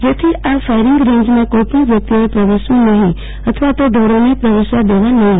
જેથી આ ફાયરીંગ રેંજમાં કોઇપણ વ્યકિતઓએ પ્રવેશવું નફીં અથવા ઢોરોને પ્રવેશવા દેવા નહીં